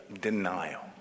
denial